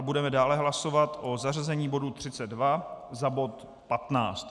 Budeme dále hlasovat o zařazení bodu 32 za bod 15.